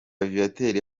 viateur